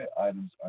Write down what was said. items